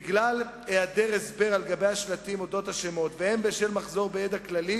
בגלל העדר הסבר על גבי השלטים על אודות השמות ובשל מחסור בידע כללי,